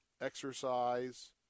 exercise